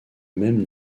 même